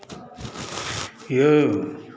यौ